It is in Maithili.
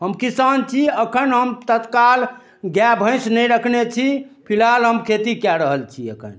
हम किसान छी अखन हम तत्काल गाय भैँस नहि रखने छी फिलहाल हम खेती कऽ रहल छी अखन